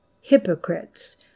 Hypocrites